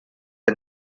and